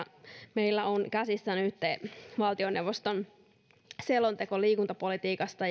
meillä on käsissä nytten valtioneuvoston selonteko liikuntapolitiikasta